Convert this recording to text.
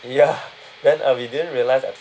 ya then uh we didn't realise at